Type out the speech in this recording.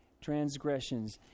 transgressions